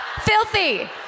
Filthy